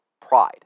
pride